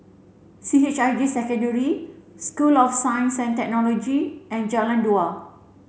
C H I J Secondary School of Science and Technology and Jalan Dua